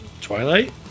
Twilight